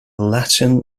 latin